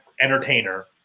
entertainer